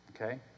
okay